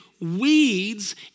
weeds